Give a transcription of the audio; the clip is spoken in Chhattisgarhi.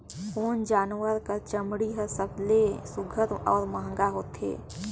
कोन जानवर कर चमड़ी हर सबले सुघ्घर और महंगा होथे?